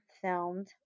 filmed